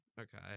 okay